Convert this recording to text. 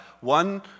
One